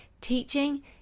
Teaching